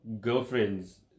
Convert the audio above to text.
girlfriends